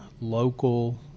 local